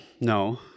No